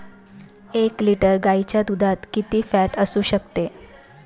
एक लिटर गाईच्या दुधात किती फॅट असू शकते?